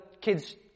kids